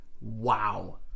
wow